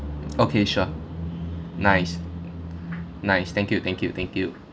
okay sure nice nice thank you thank you thank you